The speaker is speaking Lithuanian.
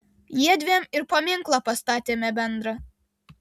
jiedviem ir paminklą pastatėme bendrą